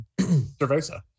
cerveza